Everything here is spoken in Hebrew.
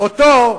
אותו,